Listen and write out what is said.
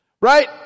right